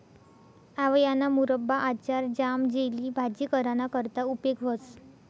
आवयाना मुरब्बा, आचार, ज्याम, जेली, भाजी कराना करता उपेग व्हस